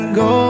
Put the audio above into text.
go